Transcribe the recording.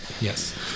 Yes